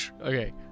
Okay